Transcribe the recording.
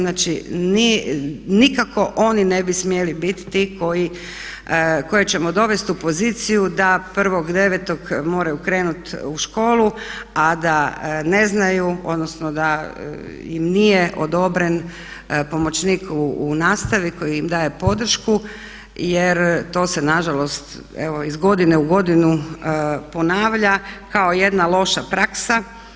Znači nikako oni ne bi smjeli biti ti koje ćemo dovesti u poziciju da 1.9. moraju krenuti u školu a da ne znaju, odnosno da im nije odobren pomoćnik u nastavi koji im daje podršku jer to se nažalost evo iz godine u godinu ponavlja kao jedna loša praksa.